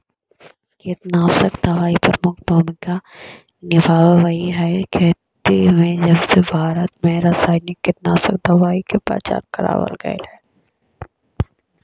कीटनाशक दवाई प्रमुख भूमिका निभावाईत हई खेती में जबसे भारत में रसायनिक कीटनाशक दवाई के पहचान करावल गयल हे